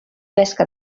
pesca